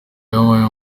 y’imari